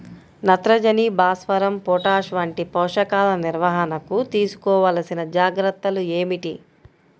నత్రజని, భాస్వరం, పొటాష్ వంటి పోషకాల నిర్వహణకు తీసుకోవలసిన జాగ్రత్తలు ఏమిటీ?